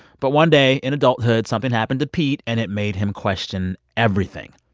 but one day in adulthood, something happened to pete, and it made him question everything.